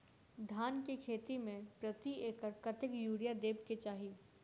धान केँ खेती मे प्रति एकड़ कतेक यूरिया देब केँ चाहि?